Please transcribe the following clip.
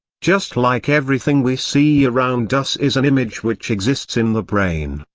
just like everything we see around us is an image which exists in the brain,